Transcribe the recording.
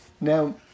Now